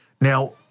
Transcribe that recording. Now